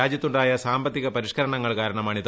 രാജ്യത്തു ായ സാമ്പത്തിക പരിഷ്ക്കരണങ്ങൾ കാരണമാണിത്